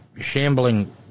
shambling